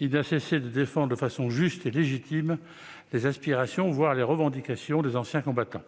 il n'a cessé de défendre de façon juste et légitime les aspirations, voire les revendications, des anciens combattants.